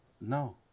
No